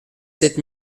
sept